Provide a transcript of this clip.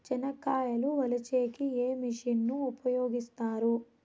చెనక్కాయలు వలచే కి ఏ మిషన్ ను ఉపయోగిస్తారు?